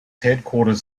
headquarters